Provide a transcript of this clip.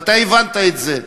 ואתה הבנת את זה.